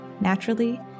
Naturally